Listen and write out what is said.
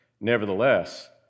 Nevertheless